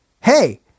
Hey